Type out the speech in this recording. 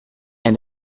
and